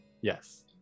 Yes